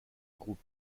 group